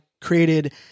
created